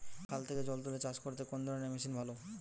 খাল থেকে জল তুলে চাষ করতে কোন ধরনের মেশিন ভালো?